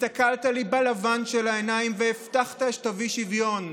הסתכלת לי בלבן של העיניים והבטחת שתביא שוויון.